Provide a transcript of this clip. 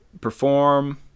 perform